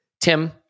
Tim